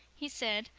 he said,